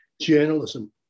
journalism